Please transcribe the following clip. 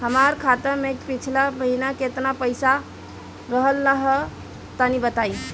हमार खाता मे पिछला महीना केतना पईसा रहल ह तनि बताईं?